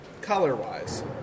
Color-wise